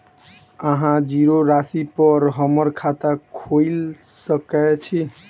अहाँ जीरो राशि पर हम्मर खाता खोइल सकै छी?